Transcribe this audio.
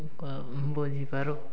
ବୁଝିପାରୁ